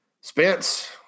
Spence